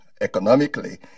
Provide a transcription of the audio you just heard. economically